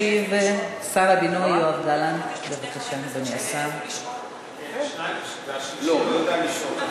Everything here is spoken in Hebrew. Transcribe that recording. לפחות יש פה שניים שהעזו לשאול.